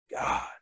God